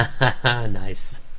nice